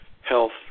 health